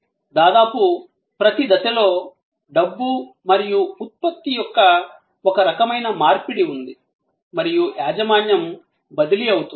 దాదాపు ప్రతి దశలో డబ్బు మరియు ఉత్పత్తి యొక్క ఒక రకమైన మార్పిడి ఉంది మరియు యాజమాన్యం బదిలీ అవుతుంది